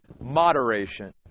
moderation